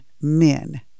men